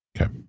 Okay